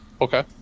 Okay